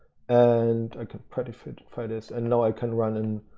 and i can prettify prettify this and now i can run. and